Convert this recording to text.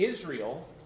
Israel